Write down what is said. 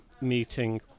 meeting